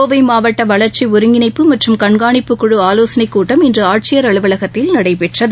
கோவை மாவட்ட வளர்ச்சி ஒருங்கிணைப்பு மற்றும் கண்காணிப்பு குழு ஆலோசனை கூட்டம் இன்று ஆட்சியர் அலுவலகத்தில் நடைபெற்றது